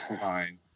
Fine